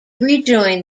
rejoined